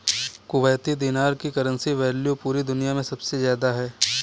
Kuwaiti दीनार की currency value पूरी दुनिया मे सबसे ज्यादा है